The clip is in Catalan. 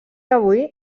avui